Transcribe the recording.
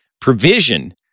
provision